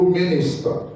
minister